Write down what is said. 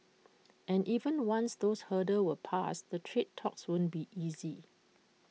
and even once those hurdles were passed the trade talks won't be easy